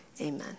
Amen